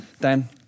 Dan